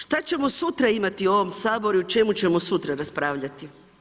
Što ćemo sutra imati u ovom Saboru i o čemu ćemo sutra raspravljati?